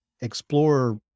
explore